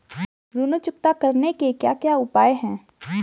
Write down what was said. ऋण चुकता करने के क्या क्या उपाय हैं?